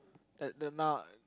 at the now